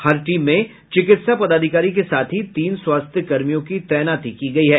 हर team में चिकित्सा पदाधिकारी के साथ ही तीन स्वास्थ्यकर्मियों की तैनाती की गयी है